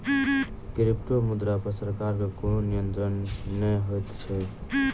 क्रिप्टोमुद्रा पर सरकार के कोनो नियंत्रण नै होइत छै